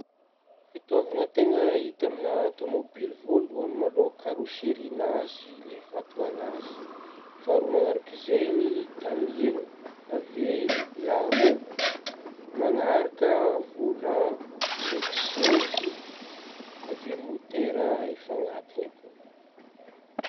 Fitaovagna tegna hita aminah tômôbila voalohagny ma aloha karoserin'azy ilay vatagnan'azy igny ,faharoa manarak'zegny tamihigna avy eo laroa manaraka volant ndraiky sezy avy eo môtera efa anatigny akeo.